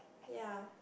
ya